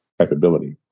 capability